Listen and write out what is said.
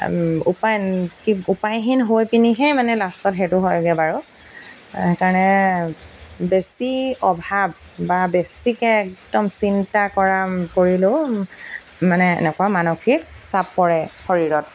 উপায় কি উপায়হীন হৈ পিনিহে মানে লাষ্টত সেইটো হয়গৈ বাৰু সেইকাৰণে বেছি অভাৱ বা বেছিকৈ একদম চিন্তা কৰা কৰিলেও মানে এনেকুৱা মানসিক চাপ পৰে শৰীৰত